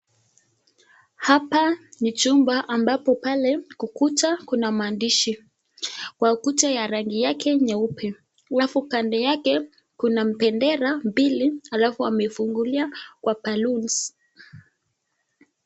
Hapa ni chumba ambapo pale ukuta kuna maandishi. Kwa kuta ya rangi yake nyeupe, alafu kando yake kuna bendera mbili alafu wamefungulia kwa balloons .